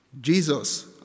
Jesus